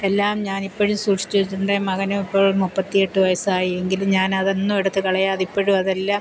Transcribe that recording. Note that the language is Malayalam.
എല്ലാം ഞാൻ ഇപ്പോഴും സൂക്ഷിച്ചു വച്ചിട്ടുണ്ട് മകന് ഇപ്പോൾ മുപ്പത്തി എട്ട് വയസ്സായി എങ്കിലും ഞാൻ അതൊന്നും എടുത്ത് കളയാതെ ഇപ്പോഴും അതെല്ലാം